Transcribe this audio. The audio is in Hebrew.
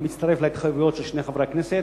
אני מצטרף להתחייבויות של שני חברי הכנסת.